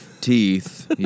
Teeth